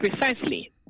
precisely